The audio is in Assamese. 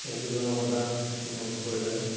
এই দুজনৰ কথা খুব মনত পৰি থাকে